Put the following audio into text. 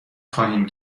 خواهیم